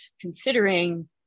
considering